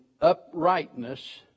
uprightness